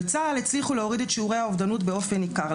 בצה"ל הצליחו להוריד את שיעורי האובדנות באופן ניכר,